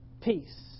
peace